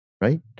right